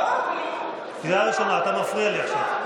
מסתובב, מצלם פה אנשים.